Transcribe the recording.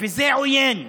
וזה עוין.